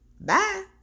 Bye